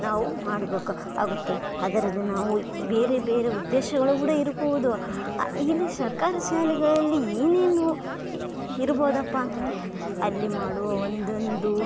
ನಾವು ಮಾಡ್ಬೇಕು ಆಗುತ್ತದೆ ಅದರಲ್ಲಿ ನಾವು ಬೇರೆ ಬೇರೆ ಉದ್ದೇಶಗಳು ಕೂಡ ಇರ್ಬೋದು ಇಲ್ಲಿ ಸರ್ಕಾರ ಶಾಲೆಗಳಲ್ಲಿ ಏನೇನು ಇರ್ಬೋದಪ್ಪಾ ಅಂತಂದರೆ ಅಲ್ಲಿ ಮಾಡುವ ಒಂದೊಂದು